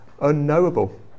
unknowable